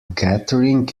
gathering